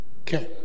Okay